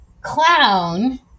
clown